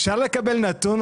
אפשר לקבל נתון,